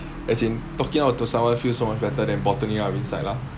as in talking out to someone feels so much better than bottling up inside lah